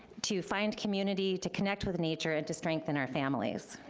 to find community, to connect with nature, and to strengthen our families.